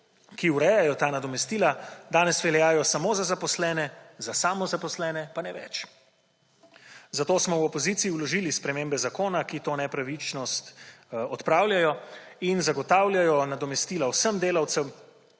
ki urejajo ta nadomestila, danes veljajo samo za zaposlene, za samozaposlene pa ne več. Zato smo v opoziciji vložili spremembe zakona, ki to nepravičnost odpravljajo in zagotavljajo nadomestila vsem delavcem,